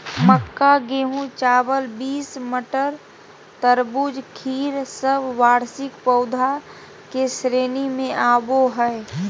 मक्का, गेहूं, चावल, बींस, मटर, तरबूज, खीर सब वार्षिक पौधा के श्रेणी मे आवो हय